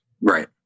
right